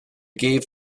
gave